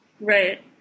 right